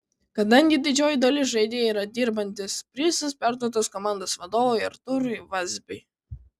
kadangi didžioji dalis žaidėjų yra dirbantys prizas perduotas komandos vadovui artūrui vazbiui